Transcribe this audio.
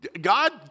God